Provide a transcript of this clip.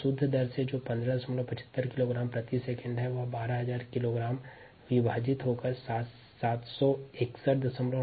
शुद्ध दर 1575 किलोग्राम प्रति सेकंड को द्रव्यमान 12000 किलोग्राम से भाग दे तो 7619 सेकंड या 127 मिनट मान आएगा